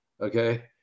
okay